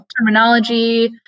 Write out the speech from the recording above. terminology